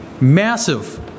massive